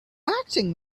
acting